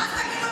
ואז תגיד,